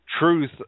truth